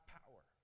power